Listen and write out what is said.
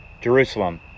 Jerusalem